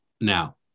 Now